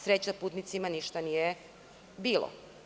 Sreća putnicima ništa nije bilo.